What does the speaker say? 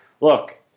look